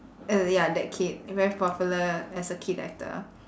uh ya that kid very popular as a kid actor